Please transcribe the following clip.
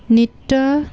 নিত্য